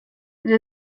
there